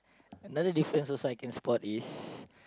another difference also I can spot is